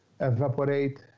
evaporate